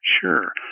Sure